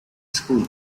school